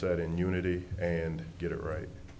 said in unity and get it right